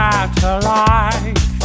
Satellite